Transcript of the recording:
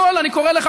אני קורא לך,